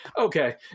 okay